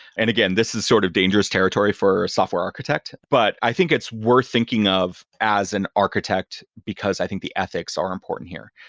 and again, this is sort of dangerous territory for a software architect. but i think it's worth thinking of as an architect, because i think the ethics are important here.